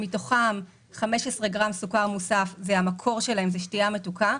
שמתוכם 15 גרם סוכר מוסף שהמקור שלהם הוא שתייה מתוקה,